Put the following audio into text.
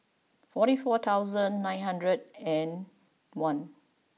forty four thousand nine hundred and one